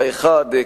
האחד,